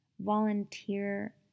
volunteer